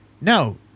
no